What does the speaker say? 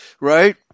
right